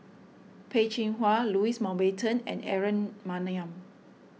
Peh Chin Hua Louis Mountbatten and Aaron Maniam